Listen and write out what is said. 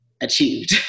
achieved